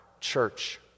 church